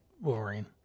Wolverine